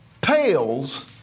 pales